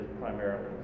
primarily